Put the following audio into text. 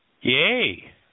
Yay